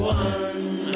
one